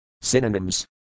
Synonyms